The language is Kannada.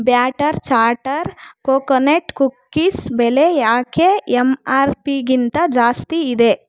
ಬ್ಯಾಟರ್ ಚಾಟರ್ ಕೊಕೊನೆಟ್ ಕುಕ್ಕೀಸ್ ಬೆಲೆ ಯಾಕೆ ಎಂ ಆರ್ ಪಿಗಿಂತ ಜಾಸ್ತಿ ಇದೆ